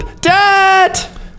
Dad